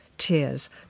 tears